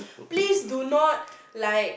please do not like